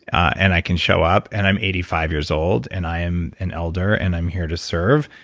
and i can show up, and i'm eighty five years old, and i am an elder, and i'm here to serve,